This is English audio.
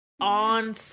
On